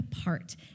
apart